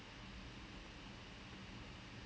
இவனுங்கே:ivanungae over ah ஆட்டம் போடுவானுங்கே:aattam poduvanungae